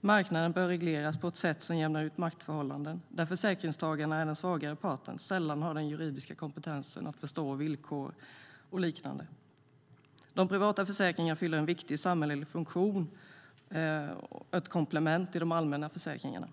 Marknaden bör regleras på ett sätt som jämnar ut maktförhållandena, där försäkringstagarna är den svagare parten som sällan har den juridiska kompetensen att förstå villkor och liknande. Herr talman! De privata försäkringarna fyller en viktig samhällelig funktion som ett komplement till de allmänna försäkringarna.